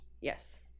yes